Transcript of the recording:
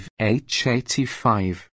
H85